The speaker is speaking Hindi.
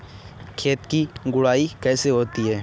खेत की गुड़ाई कैसे होती हैं?